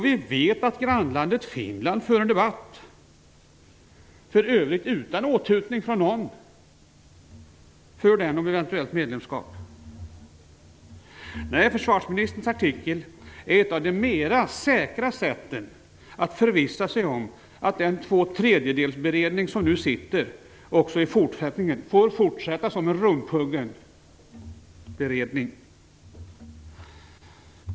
Vi vet att grannlandet Finland för en debatt om eventuellt medlemskap, för övrigt utan åthutning ifrån någon. Nej, försvarsministerns artikel är ett av de mera säkra sätten att förvissa sig om att den tvåtredjedelsberedning som nu sitter också får fortsätta som rumphuggen beredning.